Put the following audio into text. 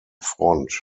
front